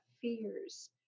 fears